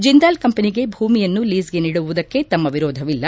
ಜಿಂದಾಲ್ ಕಂಪೆನಿಗೆ ಭೂಮಿಯನ್ನು ಲೀಸ್ಗೆ ನೀಡುವುದಕ್ಕೆ ತಮ್ಮ ವಿರೋಧವಿಲ್ಲ